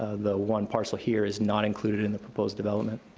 the one parcel here is not included in the proposed development.